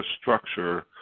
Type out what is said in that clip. structure